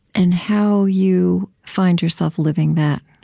and how you find yourself living that